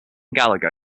gallagher